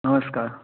नमस्कार